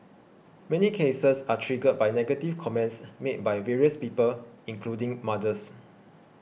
many cases are triggered by negative comments made by various people including mothers